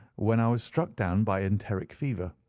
when i was struck down by enteric fever,